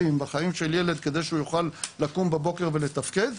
בחיים של ילד כדי שהוא יוכל לקום בבוקר ולתפקד,